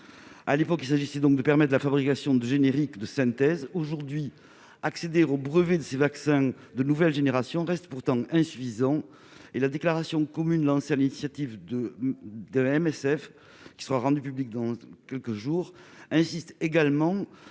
À l'époque, il s'agissait de permettre la fabrication de génériques de synthèse. Aujourd'hui, accéder au brevet de ces vaccins de nouvelle génération reste insuffisant. La déclaration commune lancée sur l'initiative de Médecins sans frontières, qui sera rendue publique ces prochains jours, insiste également